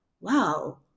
wow